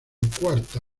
cuarta